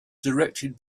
directed